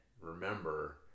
remember